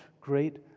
great